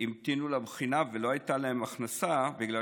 המתינו לבחינה ולא הייתה להם הכנסה בגלל